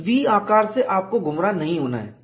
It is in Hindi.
इस V आकार से आपको गुमराह नहीं होना है